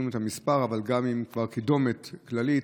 לנו את המספר אבל גם כבר עם קידומת כללית,